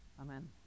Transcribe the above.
Amen